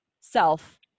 self